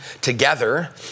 together